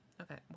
Okay